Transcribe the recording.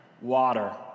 Water